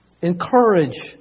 Encourage